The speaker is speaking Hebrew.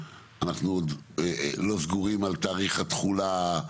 אנחנו לא סגורים על תאריך התכולה.